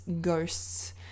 Ghosts